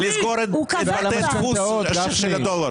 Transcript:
אני הצעתי בבוקר לסגור את בתי הדפוס של הדולר.